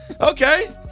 Okay